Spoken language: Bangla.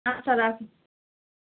আচ্ছা রাখুন